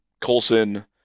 Coulson